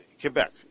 Quebec